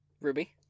Ruby